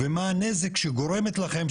ומה הנזק שגורמת לכם,